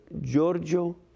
Giorgio